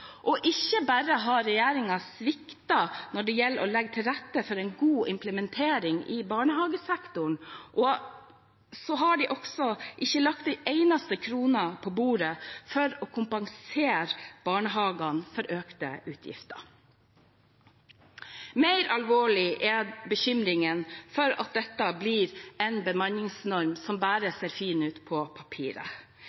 Ikke bare har regjeringen sviktet når det gjelder å legge til rette for en god implementering i barnehagesektoren, de har heller ikke lagt en eneste krone på bordet for å kompensere barnehagene for økte utgifter. Mer alvorlig er bekymringen for at dette blir en bemanningsnorm som